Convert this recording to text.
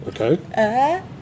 okay